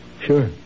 Sure